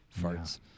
farts